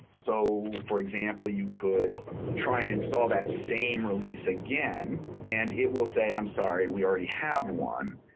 so, for example, you could try and install that same release again and it will say, i'm sorry. we already have one,